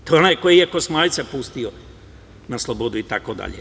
To je onaj koji je Kosmajca pustio na slobodu itd.